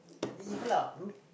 ya lah I mean